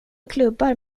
klubbar